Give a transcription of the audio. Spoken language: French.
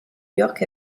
york